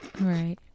Right